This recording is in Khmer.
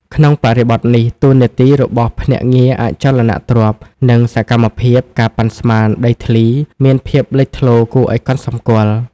ក្នុងបរិបទនេះ តួនាទីរបស់ ភ្នាក់ងារអចលនទ្រព្យ និងសកម្មភាព ការប៉ាន់ស្មាន ដីធ្លី មានភាពលេចធ្លោគួរឲ្យកត់សម្គាល់។